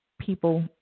people